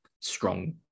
strong